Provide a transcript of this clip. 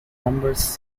numbers